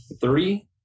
three